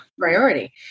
priority